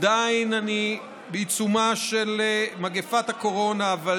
עדיין בעיצומה של מגפת הקורונה, אבל